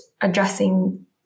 addressing